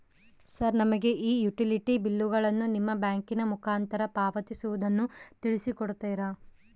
Sir ನಮಗೆ ಈ utility ಬಿಲ್ಲುಗಳನ್ನು ನಿಮ್ಮ ಬ್ಯಾಂಕಿನ ಮುಖಾಂತರ ಪಾವತಿಸುವುದನ್ನು ತಿಳಿಸಿ ಕೊಡ್ತೇರಾ?